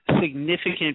significant